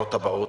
ובבחירות הבאות.